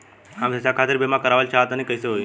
हम शिक्षा खातिर बीमा करावल चाहऽ तनि कइसे होई?